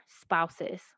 spouses